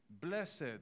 blessed